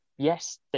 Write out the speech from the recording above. Yes